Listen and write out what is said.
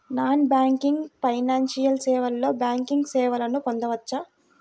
Non banking financial సేవలో banking సేవలను పొందవచ్చా?